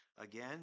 Again